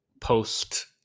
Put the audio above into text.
post